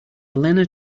elena